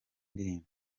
ndirimbo